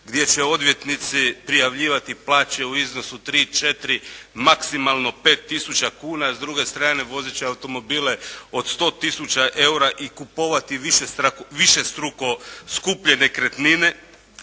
gdje će odvjetnici prijavljivati plaće u iznosu tri, četiri, maksimalno 5000 kuna. S druge strane vozeći automobile od 100000 eura i kupovati višestruko skuplje nekretnine.